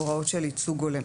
הוראות של ייצוג הולם.